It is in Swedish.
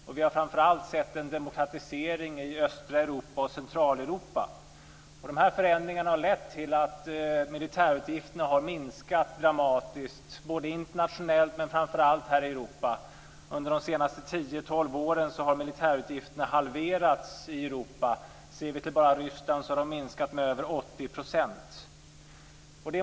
Och vi har framför allt sett en demokratisering i östra Europa och i Centraleuropa. Dessa förändringar har lett till att militärutgifterna har minskat dramatiskt både internationellt och, framför allt, här i Europa. Under de senaste 10-12 åren har militärutgifterna halverats i Europa. Bara när det gäller Ryssland har de minskat med över 80 %.